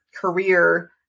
career